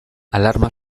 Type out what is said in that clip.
alarma